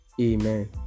Amen